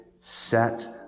set